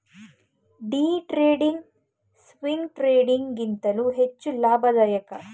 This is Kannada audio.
ಡೇ ಟ್ರೇಡಿಂಗ್, ಸ್ವಿಂಗ್ ಟ್ರೇಡಿಂಗ್ ಗಿಂತಲೂ ಹೆಚ್ಚು ಲಾಭದಾಯಕ